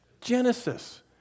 Genesis